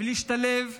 ולהשתלב בלימודים.